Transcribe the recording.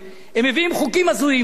הם מביאים חוקים הזויים כאלה,